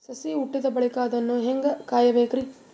ಸಸಿ ಹುಟ್ಟಿದ ಬಳಿಕ ಅದನ್ನು ಹೇಂಗ ಕಾಯಬೇಕಿರಿ?